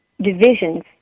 divisions